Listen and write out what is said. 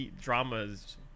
drama's